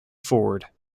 ford